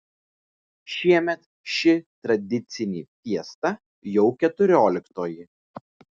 šiemet ši tradicinį fiesta jau keturioliktoji